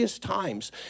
times